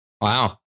Wow